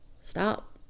stop